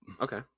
Okay